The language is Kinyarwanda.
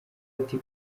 ati